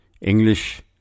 English